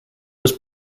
was